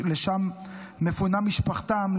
לשם מפונה משפחתם,